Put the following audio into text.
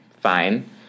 fine